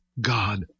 God